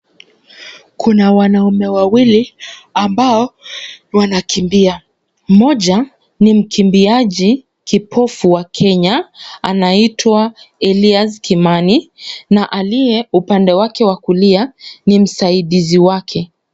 Kuna wanaume wawili ambao wanakimbia, mmoja ni mkimbiaji kipofu wa Kenya anaitwa Elias Kimani na aliye upande wake wa kulia ni msaidizi wake.